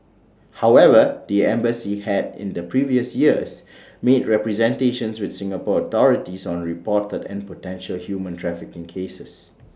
however the embassy had in the previous years made representations with Singapore authorities on reported and potential human trafficking cases